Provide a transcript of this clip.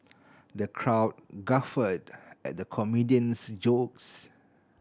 the crowd guffawed at the comedian's jokes